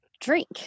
drink